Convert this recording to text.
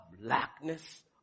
blackness